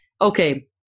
okay